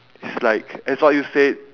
it's like as what you said